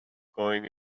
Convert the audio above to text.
going